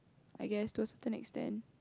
I guess to a certain extent